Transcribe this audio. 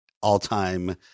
all-time –